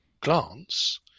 glance